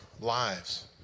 lives